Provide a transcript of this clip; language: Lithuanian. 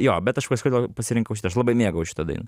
jo bet aš kažkodėl pasirinkau šitą aš labai mėgau šitą dainą